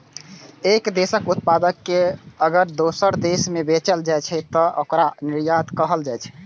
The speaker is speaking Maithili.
एक देशक उत्पाद कें अगर दोसर देश मे बेचल जाइ छै, तं ओकरा निर्यात कहल जाइ छै